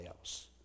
else